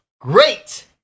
great